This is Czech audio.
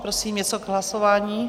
Prosím, něco k hlasování?